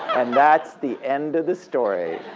and that's the end of the story.